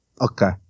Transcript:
Okay